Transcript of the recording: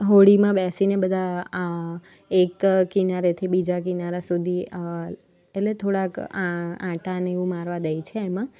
હોળીમાં બેસીને બધા આ એક કિનારેથી બીજા કિનારા સુધી એટલે થોડાક આ આંટા ને એવું મારવા દે છે એમાં